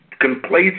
complacent